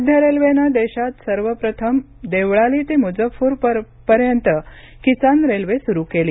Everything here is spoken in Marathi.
मध्य रेल्वेनं देशात सर्वप्रथम देवळाली ते मुझफ्फरपूरपर्यंत किसान रेल्वे सुरु केली